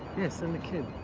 yeah, send the kid.